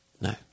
No